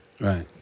right